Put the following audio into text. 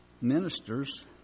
ministers